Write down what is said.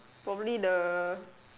probably the